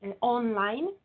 online